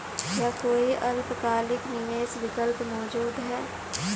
क्या कोई अल्पकालिक निवेश विकल्प मौजूद है?